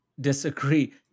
Disagree